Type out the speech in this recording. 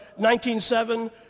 1907